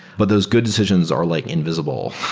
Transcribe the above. but those good decisions are like invisible.